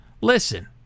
Listen